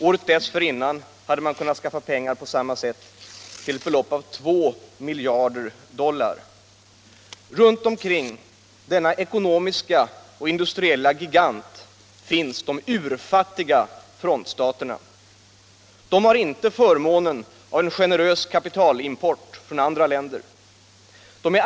Året dessförinnan hade man på samma sätt kunnat skaffa 2 miljarder dollar. Runt omkring denna ekonomiska och industriella gigant finns de urfattiga frontstaterna. De har inte förmånen av en generös kapitalimport från andra länder.